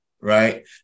right